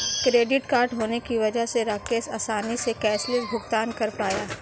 credit card होने की वजह से राकेश आसानी से कैशलैस भुगतान कर पाया